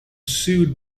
sued